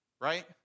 right